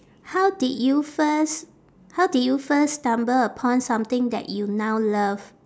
how did you first how did you first stumble upon something that you now love